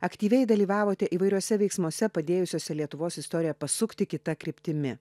aktyviai dalyvavote įvairiuose veiksmuose padėjusiose lietuvos istoriją pasukti kita kryptimi